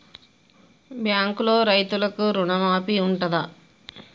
బ్యాంకులో రైతులకు రుణమాఫీ ఉంటదా?